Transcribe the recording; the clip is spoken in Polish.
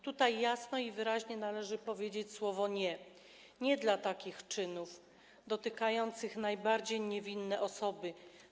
Tutaj jasno i wyraźnie należy powiedzieć słowo „nie” - „nie” dla takich czynów, dotykających najbardziej niewinne osoby.